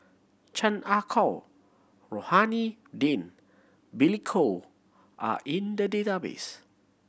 Chan Ah Kow Rohani Din Billy Koh are in the database